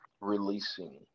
releasing